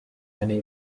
many